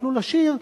תוכלו לשיר,